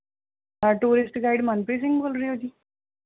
tourist guide Manpreet Singh ਬੋਲ ਰਹੇ ਓ ਜੀ